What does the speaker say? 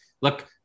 look